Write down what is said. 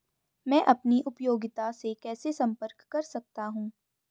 मैं अपनी उपयोगिता से कैसे संपर्क कर सकता हूँ?